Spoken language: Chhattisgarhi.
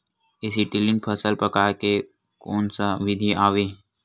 एसीटिलीन फल पकाय के कोन सा विधि आवे?